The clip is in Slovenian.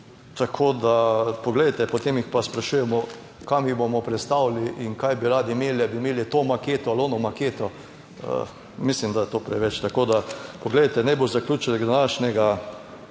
Tako da, poglejte, potem jih pa sprašujemo, kam jih bomo prestavili in kaj bi radi imeli, ali bi imeli to maketo ali ono maketo? Mislim, da je to preveč. Tako, da poglejte, naj bo zaključek današnjega,